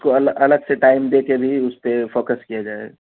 اس کو ال الگ سے ٹائم دے کے بھی اس پہ فوکس کیا جائے گا